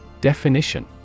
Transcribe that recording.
Definition